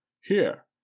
Here